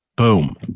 Boom